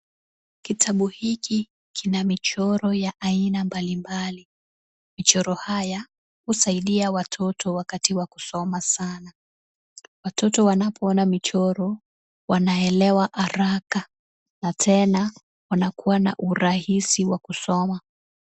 Kitabu hiki kina michoro ya aina mbali mbali. Michoro haya husaidia watoto wakati wa kusoma sana. Watoto wanapoona michoro wanaelewa haraka na tena wanakua na urahisi wa kusoma.